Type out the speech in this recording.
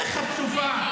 איזה חצופה.